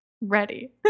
ready